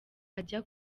ajya